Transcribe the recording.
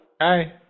Hi